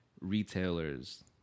retailers